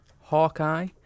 Hawkeye